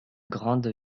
grande